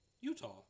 Utah